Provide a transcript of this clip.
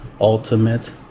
ultimate